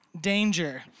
Danger